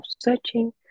searching